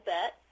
Bet